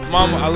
Mama